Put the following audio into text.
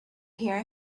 hear